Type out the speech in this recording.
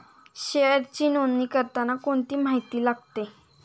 शेअरची नोंदणी करताना कोणती माहिती लागते?